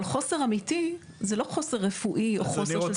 אבל חוסר אמיתי זה לא חוסר רפואי או חוסר של צורך --- אז